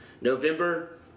November